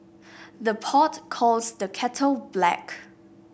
the pot calls the kettle black